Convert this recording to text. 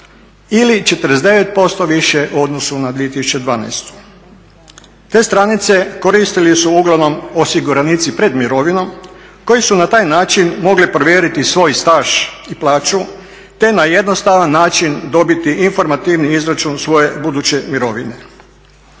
ili 49% više u odnosu na 2012. Te stranice koristili su uglavnom osiguranici pred mirovinom koji su na taj način mogli provjeriti svoj staž i plaću te na jednostavan način dobiti informativni izračun svoje buduće mirovine.